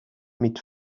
mit